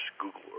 Google